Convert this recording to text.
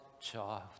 child